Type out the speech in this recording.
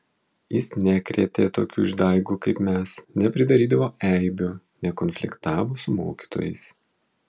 jis nekrėtė tokių išdaigų kaip mes nepridarydavo eibių nekonfliktavo su mokytojais